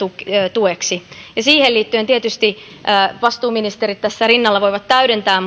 tueksi siihen liittyen tietysti vastuuministerit tässä rinnalla voivat täydentää